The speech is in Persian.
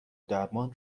درمان